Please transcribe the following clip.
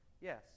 Yes